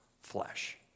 flesh